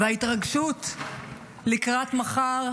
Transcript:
וההתרגשות לקראת מחר,